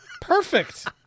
Perfect